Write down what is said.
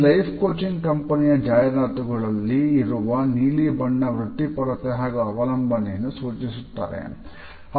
ಈ life coaching ಕಂಪನಿಯ ಜಾಹೀರಾತುಗಳಲ್ಲಿ ಇರುವ ನೀಲಿ ಬಣ್ಣ ವೃತ್ತಿಪರತೆ ಹಾಗೂ ಅವಲಂಬನೆಯನ್ನು ಸೂಚಿಸುತ್ತದೆ